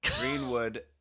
Greenwood